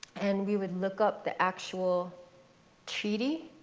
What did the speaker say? and we would look up the actual treaty.